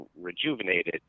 rejuvenated